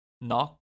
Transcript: Knock